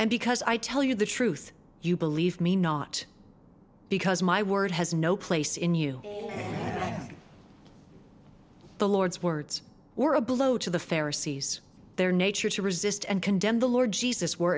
and because i tell you the truth you believe me not because my word has no place in you the lord's words or a blow to the fair sees their nature to resist and condemn the lord jesus were